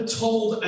told